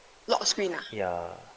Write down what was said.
ya